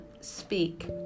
speak